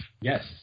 Yes